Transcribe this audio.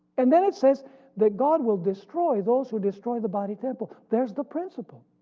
and then it says that god will destroy those who destroy the body temple. there is the principle.